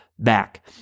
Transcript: back